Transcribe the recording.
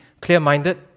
Clear-minded